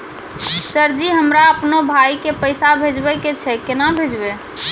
Sir ji हमरा अपनो भाई के पैसा भेजबे के छै, केना भेजबे?